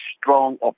strong